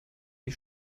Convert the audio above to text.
die